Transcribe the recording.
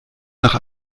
nach